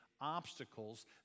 obstacles